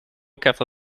quatre